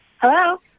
Hello